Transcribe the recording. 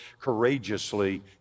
courageously